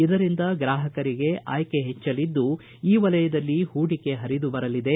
ಇದರಿಂದ ಗ್ರಾಹಕರಿಗೆ ಆಯ್ಕೆ ಹೆಚ್ಚಲಿದ್ದು ಈ ವಲಯದಲ್ಲಿ ಹೂಡಿಕೆ ಪರಿದು ಬರಲಿದೆ